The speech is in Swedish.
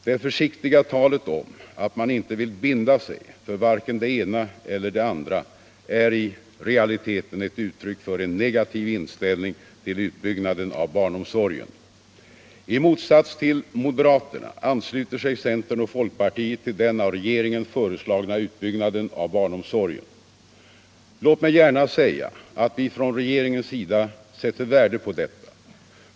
Det försiktiga talet om att man inte vill binda sig för vare sig det ena eller det andra Barnomsorgen Barnomsorgen är i realiteten ett uttryck för en negativ inställning till utbyggnaden av barnomsorgen. I motsats till moderaterna ansluter sig centern och folkpartiet till den av regeringen föreslagna utbyggnaden av barnomsorgen. Lät mig gärna säga all vi från regeringens sida sätter värde på detta.